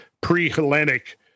pre-Hellenic